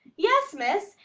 yes, miss,